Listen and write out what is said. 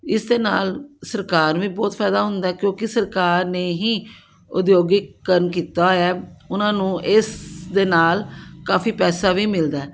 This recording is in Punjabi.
ਇਸ ਦੇ ਨਾਲ ਸਰਕਾਰ ਨੂੰ ਵੀ ਬਹੁਤ ਫ਼ਾਇਦਾ ਹੁੰਦਾ ਕਿਉਂਕਿ ਸਰਕਾਰ ਨੇ ਹੀ ਉਦੋਗੀਕਰਨ ਕੀਤਾ ਹੋਇਆ ਉਹਨਾਂ ਨੂੰ ਇਸ ਦੇ ਨਾਲ ਕਾਫ਼ੀ ਪੈਸਾ ਵੀ ਮਿਲਦਾ